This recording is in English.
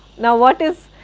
now what is,